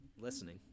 Listening